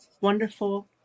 wonderful